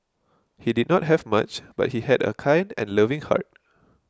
he did not have much but he had a kind and loving heart